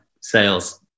sales